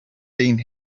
been